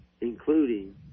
including